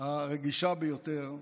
הרגישה ביותר,